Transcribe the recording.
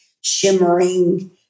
shimmering